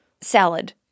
Salad